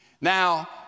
Now